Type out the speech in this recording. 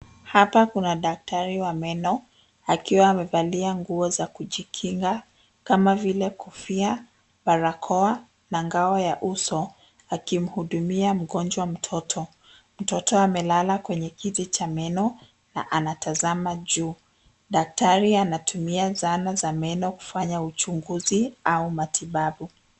Hapa kuna daktari wa meno akiwa amevalia nguo za kujikinga, kama vile kofia, barakoa na ngao ya uso, akimhudumia mgonjwa mtoto. Mtoto amelala kwenye kiti cha meno na anatazama juu. Daktari anatumia zana za meno kufanya uchunguzi au matibabu.